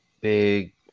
Big